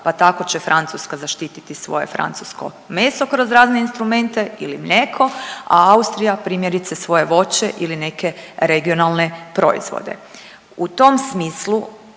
pa tako će Francuska zaštititi svoje francusko meso kroz razne instrumente ili mlijeko, a Austrija primjerice svoje voće ili neke regionalne proizvode. U tom smislu